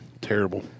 Terrible